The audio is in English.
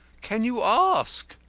can you ask?